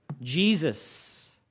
Jesus